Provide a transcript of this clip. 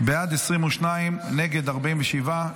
בעד, 22, נגד, 47,